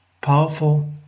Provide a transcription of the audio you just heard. powerful